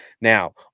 Now